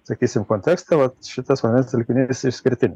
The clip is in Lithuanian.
sakysim kontekste vat šitas vandens telkinys išskirtinis